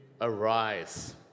arise